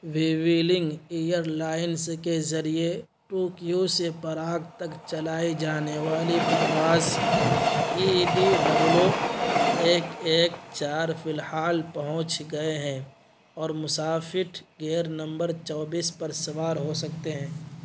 وویلنگ airlines کے ذریعے Tokyo سے پراگ تک چلائی جانے والی پرواز ای ڈی ڈبلو ایک ایک چار فی الحال پہنچ گئے ہیں اور مسافر گیٹ نمبر چوبیس پر سوار ہو سکتے ہیں